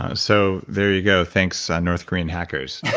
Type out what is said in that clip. um so there you go, thanks ah north korean hackers